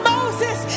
Moses